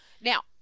Now